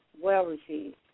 well-received